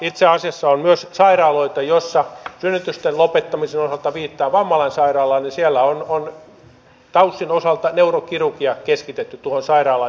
itse asiassa on myös sairaaloita joissa synnytysten lopettamisen osalta viittaan vammalan sairaalaan siellä on taysin osalta neurokirurgia keskitetty tuohon sairaalaan